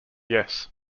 yes